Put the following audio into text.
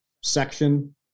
section